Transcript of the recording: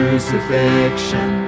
crucifixion